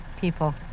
people